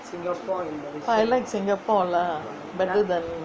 I like singapore lah rather than